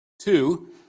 Two